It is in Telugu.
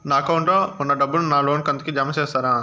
నా అకౌంట్ లో ఉన్న డబ్బును నా లోను కంతు కు జామ చేస్తారా?